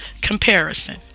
Comparison